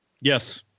Yes